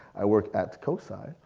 i worked at cosi,